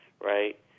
right